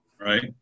Right